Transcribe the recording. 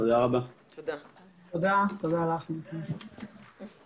הישיבה ננעלה בשעה 10:35.